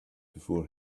before